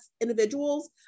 individuals